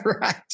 Right